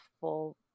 full